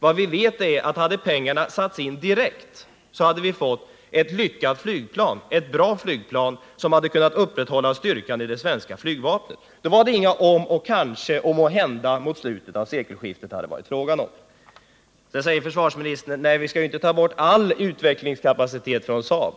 Vad vi vet är, att hade pengarna satts in direkt hade vi fått ett lyckat flygplan, ett bra flygplan, som hade kunnat upprätthålla styrkan i det svenska flygvapnet. Då hade det inte varit fråga om några om och kanske och måhända och mot slutet av sekelskiftet. Sedan säger försvarsministern att vi inte skall ta bort all utvecklingskapacitet från Saab.